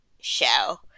show